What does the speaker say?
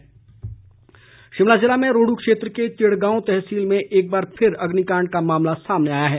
अग्निकांड शिमला ज़िले में रोहड् क्षेत्र की चिड़गांव तहसील में एक बार फिर अग्निकांड का मामला सामने आया है